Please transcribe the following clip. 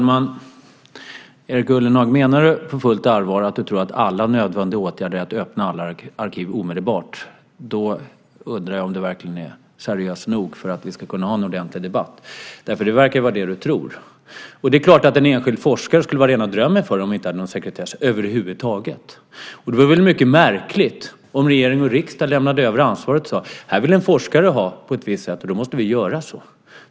Herr talman! Menar du på fullt allvar, Erik Ullenhag, att du tror att alla nödvändiga åtgärder innebär att öppna alla arkiv omedelbart? Då undrar jag om du verkligen är seriös nog för att vi ska kunna ha en ordentlig debatt. Det verkar ju vara det du tror. Det är klart att det skulle vara rena drömmen för en enskild forskare om vi inte hade någon sekretess över huvud taget. Det vore väl mycket märkligt om regering och riksdag lämnade över ansvaret och sade att här vill en forskare ha det på ett visst sätt och då måste vi göra så.